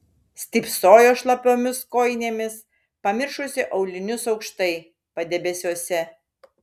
stypsojo šlapiomis kojinėmis pamiršusi aulinius aukštai padebesiuose